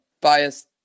biased